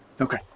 Okay